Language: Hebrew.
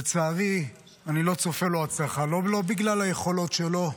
לצערי אני לא צופה לו הצלחה, לא בגלל היכולות שלו,